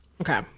Okay